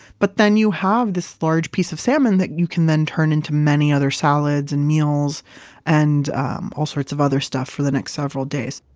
but then you have this large piece of salmon that you can then turn into many other salads and meals and um all sorts of other stuff for the next several days.